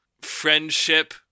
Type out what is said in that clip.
friendship